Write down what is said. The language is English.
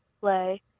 Play